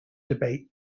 debate